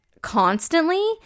constantly